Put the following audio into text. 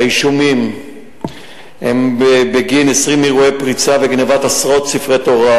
האישומים הם בגין 20 אירועי פריצה וגנבת עשרות ספרי תורה,